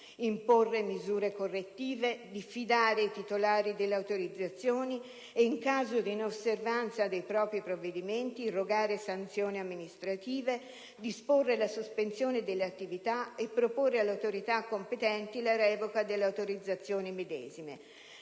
imporre misure correttive, diffidare i titolari delle autorizzazioni e, in caso di inosservanza dei propri provvedimenti, irrogare sanzioni amministrative, disporre la sospensione delle attività e proporre alle autorità competenti la revoca delle autorizzazioni medesime.